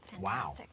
Wow